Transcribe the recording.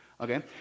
Okay